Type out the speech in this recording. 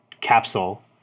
Capsule